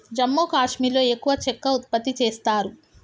జమ్మూ కాశ్మీర్లో ఎక్కువ చెక్క ఉత్పత్తి చేస్తారు